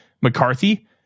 McCarthy